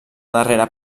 darrera